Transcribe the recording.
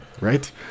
right